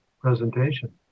presentation